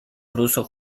ruso